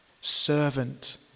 servant